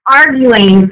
arguing